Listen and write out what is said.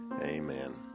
Amen